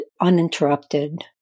uninterrupted